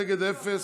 נגד, אפס.